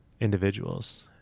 individuals